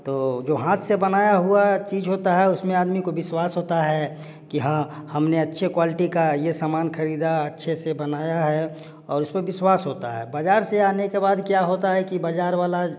तो जो हाथ से बनाया हुआ चीज होता है उस में आदमी को विश्वास होता है कि हाँ हमने अच्छे क्वालटी का ये समान खरीदा अच्छे से बनाया है और उस पर विश्वास होता है बाजार से आने के बाद क्या होता है कि बजार वाला